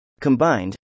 Combined